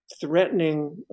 Threatening